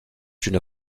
une